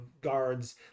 guards